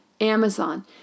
Amazon